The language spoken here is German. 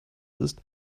ist